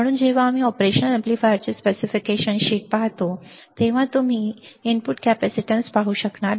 म्हणून जेव्हा आम्ही ऑपरेशनल अॅम्प्लीफायरचे स्पेसिफिकेशन शीट पाहतो तेव्हा तुम्ही इनपुट कॅपेसिटन्स पाहू शकणार नाही